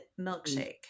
milkshake